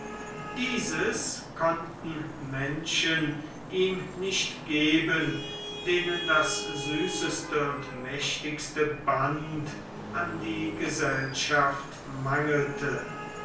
dieses konnten menschen ihm nicht geben denen das süßeste und mächtigste band an die gesellschaft mangelte